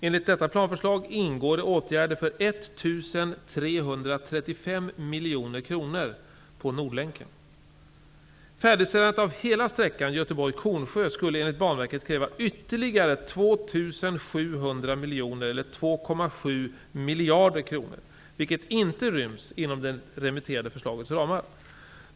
Enligt detta planförslag ingår det åtgärder för 1 335 miljoner kronor på Nordlänken. 2,7 miljarder kronor, vilket inte ryms inom det remitterade förslagets ramar.